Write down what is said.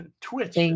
twitch